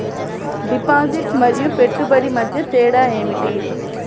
Deposit మరియు పెట్టుబడి మధ్య తేడా ఏమిటి?